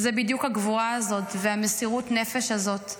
זאת בדיוק הגבורה הזאת, מסירות הנפש הזאת.